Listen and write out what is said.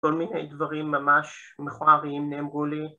‫כל מיני דברים ממש מכוערים נאמרו לי.